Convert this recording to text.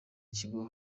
kigo